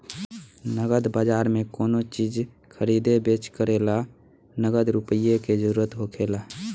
नगद बाजार में कोनो चीज खरीदे बेच करे ला नगद रुपईए के जरूरत होखेला